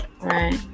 Right